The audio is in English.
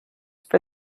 for